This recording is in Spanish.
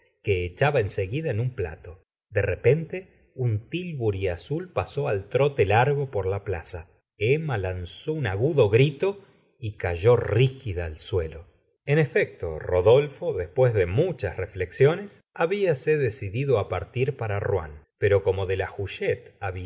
que echaba en seguida en un plato de repente un tflburi azul pasó al trote largo por la plaza emma lanzó un agudo grito y cayó rígida al suelo eu efecto rodolfo después de muchas reflexiones habíase decidido á partir para rouen pero como de la huchette